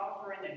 offering